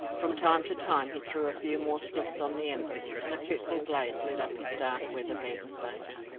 from time to time he threw a few more sticks on the embers, and a fitful blaze lit up his dark weatherbeaten face.